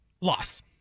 loss